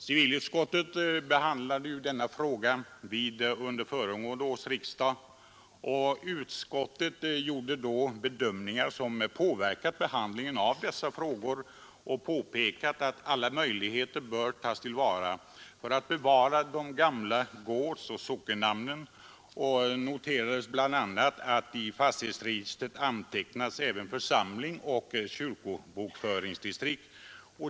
Civilutskottet behandlade denna fråga under föregående års riksdag, och utskottet gjorde då bedömningar, som påverkat behandlingen av dessa frågor, och påpekade att alla möjligheter bör tas till vara för att bevara de gamla gårdsoch sockennamnen. Det noterades bl.a. att i fastighetsregistret antecknas även församling och kyrkobokföringsdistrikt.